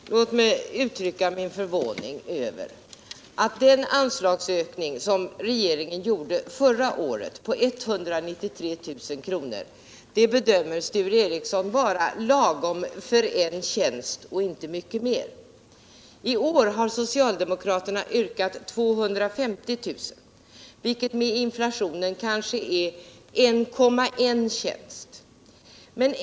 Herr talman! Låt mig uttrycka min förvåning över Sture Ericsons resonemang. Sture Ericson ansåg att regeringens anslagsökning på 193 000 kr. förra året räckte till en tjänst och inte så mycket mer. I år har socialdemokraterna begärt en anslagsökning på 250 000 kr., vilket — om man tar hänsyn till inflationen — kanske motsvarar 1,1 tjänst.